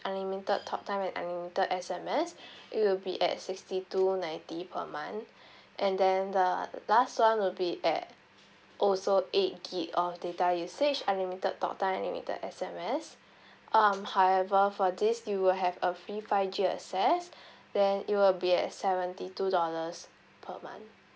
unlimited talk time and unlimited S_M_S it will be at sixty two ninety per month and then the last one will be at also eight gigabyte of data usage unlimited talk time unlimited S_M_S um however for this you will have a free five G access then it will be at seventy two dollars per month